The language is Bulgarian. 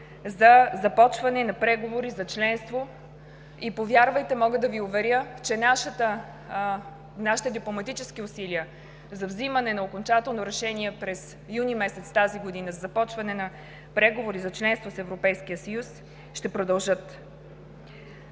за започване на преговори за членство. Мога да Ви уверя, че нашите дипломатически усилия за вземане на окончателно решение през юни месец тази година за започване на преговори за членство в Европейския съюз ще продължат.